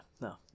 no